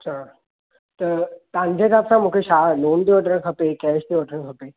अछा त तव्हां जे हिसाबु सां मूंखे छा लोन ते वठणु खपे कैश ते वठणु खपे